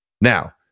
now